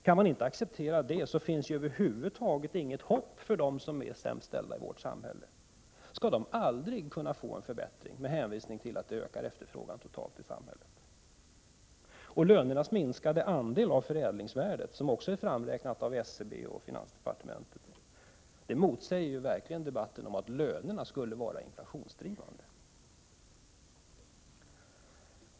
Kan man inte acceptera det finns det över huvud taget inget hopp för de sämst ställda. Skall de aldrig få en förbättring, med hänvisning till att det ökar efterfrågan totalt i samhället? Lönernas minskade andel av förädlingsvärdet, som också har räknats fram av SCB och finansdepartementet, motsäger talet om att lönerna skulle vara inflationsdrivande.